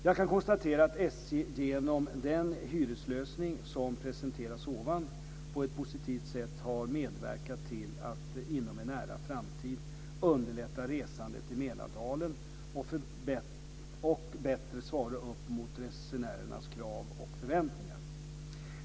Jag kan konstatera att SJ, genom den hyreslösning som presenterats ovan, på ett positivt sätt har medverkat till att inom en nära framtid underlätta resandet i Mälardalen och bättre svara upp mot resenärernas krav och förväntningar.